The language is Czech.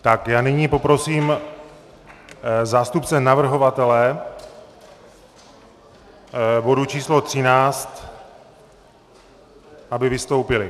Já nyní poprosím zástupce navrhovatele k bodu číslo 13, aby vystoupili.